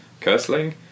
Cursling